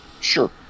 Sure